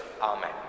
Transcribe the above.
Amen